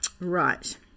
right